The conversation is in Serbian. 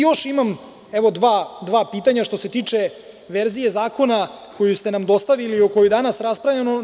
Još imam, evo, dva pitanja što se tiče verzije zakona koju ste nam dostavili i o kojoj danas raspravljamo.